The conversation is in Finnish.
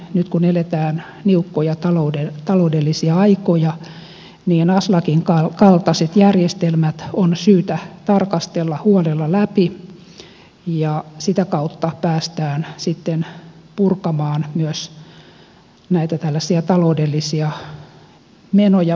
nyt kun eletään niukkoja taloudellisia aikoja niin aslakin kaltaiset järjestelmät on syytä tarkastella huolella läpi ja sitä kautta päästään sitten purkamaan myös näitä tällaisia taloudellisia menoja